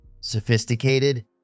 sophisticated